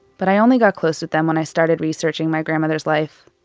but i only got close with them when i started researching my grandmother's life.